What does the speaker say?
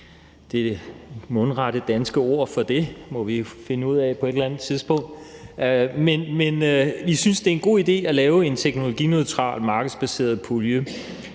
Det mundrette danske ord for det må vi finde ud af på et eller andet tidspunkt. Men vi synes, det er en god idé at lave en teknologineutral, markedsbaseret pulje,